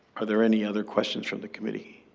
are there any other questions from the committee?